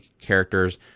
characters